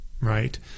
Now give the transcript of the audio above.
right